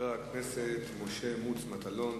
חבר הכנסת משה מוץ מטלון,